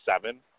seven